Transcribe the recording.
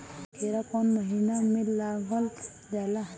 खीरा कौन महीना में लगावल जाला?